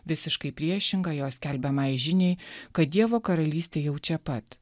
visiškai priešingą jo skelbiamai žiniai kad dievo karalystė jau čia pat